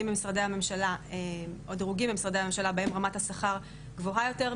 במשרדי הממשלה בהם רמת השכר גבוהה יותר,